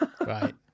Right